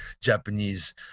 Japanese